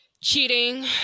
cheating